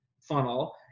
funnel